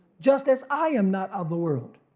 just as i am not of the world.